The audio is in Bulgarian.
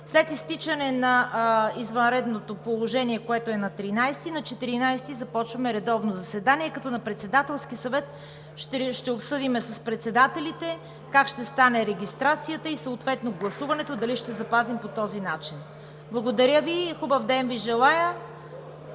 След изтичане на извънредното положение, което е на 13-и, на 14-и започваме редовно заседание, като на Председателския съвет ще обсъдим с председателите как ще стане регистрацията и съответно гласуването дали ще го запазим по този начин. Благодаря Ви. Желая Ви хубав